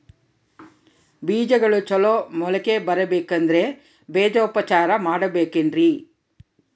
ಬೇಜಗಳು ಚಲೋ ಮೊಳಕೆ ಬರಬೇಕಂದ್ರೆ ಬೇಜೋಪಚಾರ ಮಾಡಲೆಬೇಕೆನ್ರಿ?